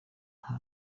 nta